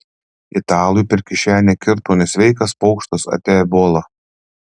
italui per kišenę kirto nesveikas pokštas apie ebolą